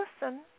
listen